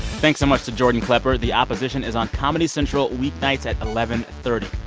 thanks so much to jordan klepper. the opposition is on comedy central weeknights at eleven thirty.